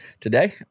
Today